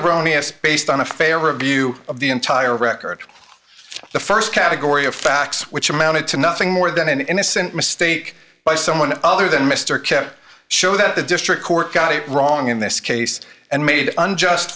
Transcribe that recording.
erroneous based on a favor a view of the entire record the st category of facts which amounted to nothing more than an innocent mistake by someone other than mr kemp show that the district court got it wrong in this case and made unjust